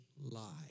lie